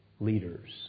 leaders